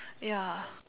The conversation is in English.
ya